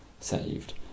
saved